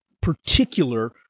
particular